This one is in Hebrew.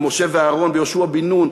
במשה ואהרן ויהושע בן נון,